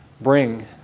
bring